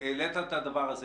העלית את הדבר הזה.